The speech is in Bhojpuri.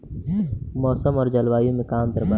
मौसम और जलवायु में का अंतर बा?